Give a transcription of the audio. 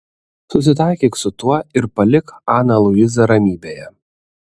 susitaikyk su tuo ir palik aną luizą ramybėje